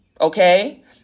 Okay